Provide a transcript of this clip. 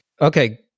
Okay